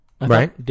Right